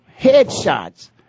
headshots